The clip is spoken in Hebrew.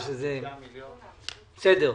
קרן,